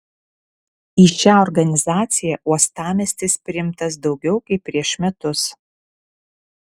į šią organizaciją uostamiestis priimtas daugiau kaip prieš metus